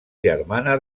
germana